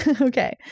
okay